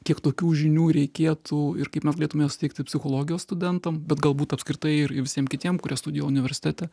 kiek tokių žinių reikėtų ir kaip mes galėtume jas suteikti psichologijos studentam bet galbūt apskritai ir visiem kitiem kurie studijuoja universitete